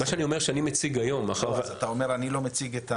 מה שאני אומר שאני מציג היום --- כי אתה אומר אני לא מציג.